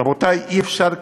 רבותי, אי-אפשר ככה.